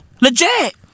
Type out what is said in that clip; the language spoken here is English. Legit